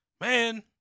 Man